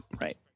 Right